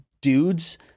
dudes